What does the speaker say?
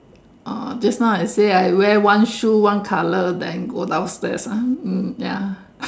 uh just now I say wear one shoe one colour then go downstairs ah mm ya